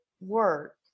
work